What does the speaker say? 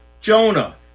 Jonah